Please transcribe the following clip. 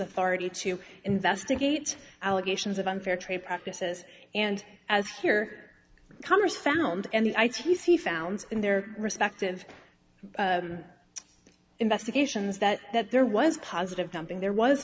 authority to investigate allegations of unfair trade practices and as here congress found and the i c c found in their respective investigations that that there was positive dumping there was